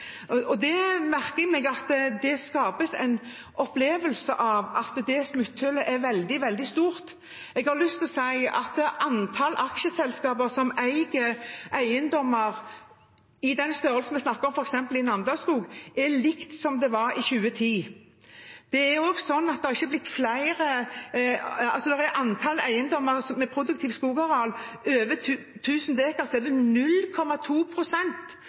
Jeg merker meg at det skapes en opplevelse av at det smutthullet er veldig, veldig stort. Jeg har lyst til å si at antallet aksjeselskaper som eier eiendommer i den størrelsen vi snakker om, f.eks. skogeiendommen i Namdal, er likt med det som var i 2010. Det er også sånn at av antall skogeiendommer med produktivt skogareal over 1 000 dekar er det 0,2 pst. som